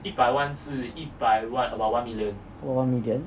about one million